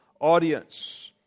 audience